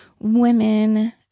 women